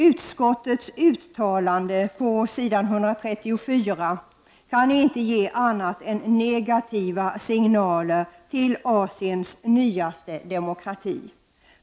Utskottets uttalnde på s. 134 kan inte ge annat än negativa signaler till Asiens nyaste demokrati.